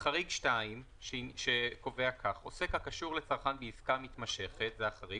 חריג 2 שקובע כך: "עוסק הקשור לצרכן בעסקה מתמשכת" זה החריג